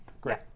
Great